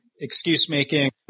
excuse-making